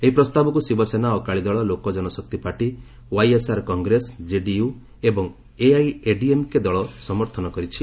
ଏହି ପ୍ରସ୍ତାବକୁ Shiv Sena Akali Dal Lok Janshakti party YSR Congress କେଡିୟୁ ଏବଂ ଏଆଇଏଡିଏମ୍କେ ଦଳ ସମର୍ଥନ କରିଛି